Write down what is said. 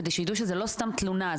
כדי שידעו שזה לא סתם תלונה,